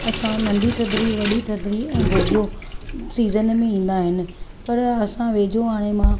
असां नंढी थधिड़ी वॾी थधिड़ी ऐं गोगो सीज़न में ईंदा आहिनि पर असां वेझो हाणे मां